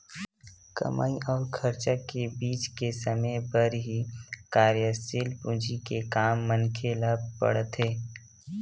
कमई अउ खरचा के बीच के समे बर ही कारयसील पूंजी के काम मनखे ल पड़थे